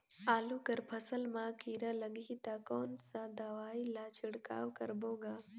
आलू कर फसल मा कीरा लगही ता कौन सा दवाई ला छिड़काव करबो गा?